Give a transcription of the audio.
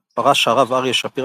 ה'תש"ע פרש הרב אריה שפירא,